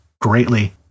greatly